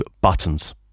buttons